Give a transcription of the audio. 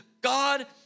God